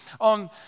on